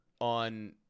on